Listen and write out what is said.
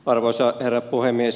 arvoisa herra puhemies